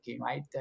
right